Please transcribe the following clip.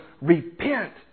Repent